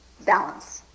balance